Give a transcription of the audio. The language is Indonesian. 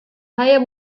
saya